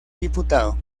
diputado